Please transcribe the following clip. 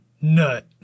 nut